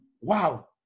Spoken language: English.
Wow